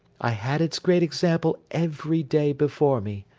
i had its great example every day before me.